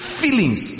feelings